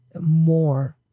more